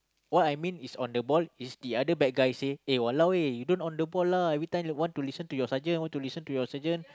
what I mean is on the ball is the other bad guy say eh !walao! eh you don't on the ball lah every time like want to listen to your sergeant want to listen to your sergeant